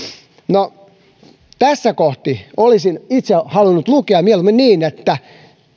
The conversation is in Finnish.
no tässä kohti olisin itse halunnut lukea mieluummin niin että